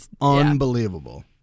unbelievable